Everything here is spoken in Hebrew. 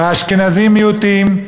האשכנזים מיעוטים,